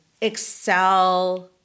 excel